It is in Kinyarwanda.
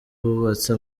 bubatse